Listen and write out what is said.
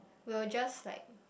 we will just like